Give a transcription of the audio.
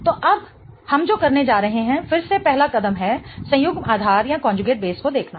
तो अब हम जो करने जा रहे हैं फिर से पहला कदम है संयुग्म आधार को देखना है